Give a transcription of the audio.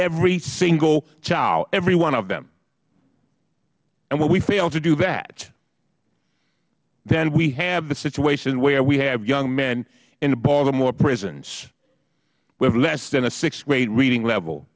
every single child every one of them and when we fail to do that then we have the situation where we have young men in baltimore prisons with less than a sixth grade reading level